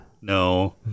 no